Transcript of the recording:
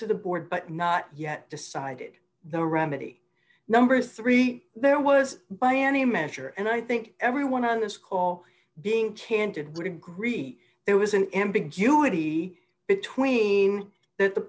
to the board but not yet decided the remedy number three there was by any measure and i think everyone on this call being candid would agree there was an ambiguity between th